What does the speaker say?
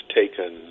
taken